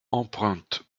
empreinte